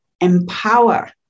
empower